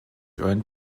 earned